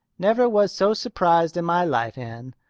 never was so surprised in my life, anne.